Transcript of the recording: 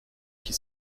qui